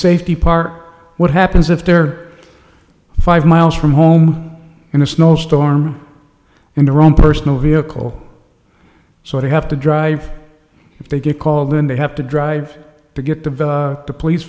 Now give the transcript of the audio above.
safety part what happens if they're five miles from home in a snowstorm in their own personal vehicle so they have to drive if they get called in they have to drive to get develop the police